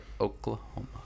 Oklahoma